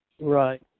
Right